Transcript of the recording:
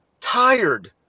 tired